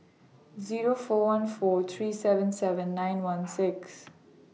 Zero four one four three seven seven nine one six